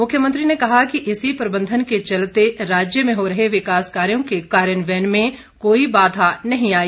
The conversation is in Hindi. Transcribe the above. मुख्यमंत्री ने कहा कि इसी प्रबंधन के चलते राज्य में हो रहे विकास कार्यों के कार्यान्वयन में कोई बाधा नहीं आई